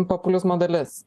populizmo dalis